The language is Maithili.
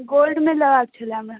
गोल्डमे लेबाक छलै हमरा